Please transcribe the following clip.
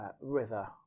river